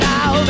Now